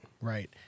right